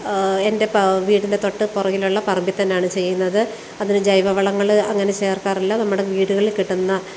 എന്റെ വീടിന്റെ തൊട്ട് പുറകിലുള്ള പറമ്പിൽ തന്നെയാണ് ചെയ്യുന്നത് അതിന് ജൈവവളങ്ങൾ അങ്ങനെ ചേർക്കാറില്ല നമ്മുടെ വീടുകളിൽ കിട്ടുന്ന